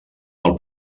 del